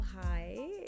hi